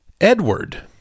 Edward